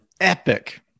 epic